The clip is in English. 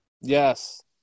Yes